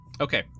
Okay